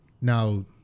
Now